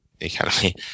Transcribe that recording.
Academy